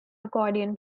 accordion